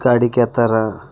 ಗಾಡಿ ಕೇಳ್ತಾರೆ